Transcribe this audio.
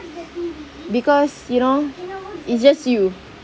because you know it's just you